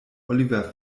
oliver